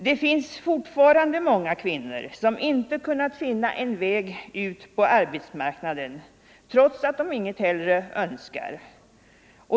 Det finns fortfarande många kvinnor som inte kunnat finna en väg ut på arbetsmarknaden trots att de inget hellre önskar.